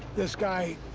this guy,